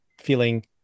feeling